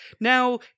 now